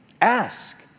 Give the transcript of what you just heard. Ask